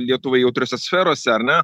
lietuvai jautriose sferose ar ne